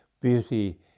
beauty